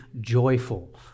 joyful